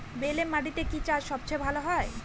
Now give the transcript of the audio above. বেলে মাটিতে কি চাষ সবচেয়ে ভালো হয়?